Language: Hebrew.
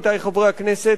עמיתי חברי הכנסת,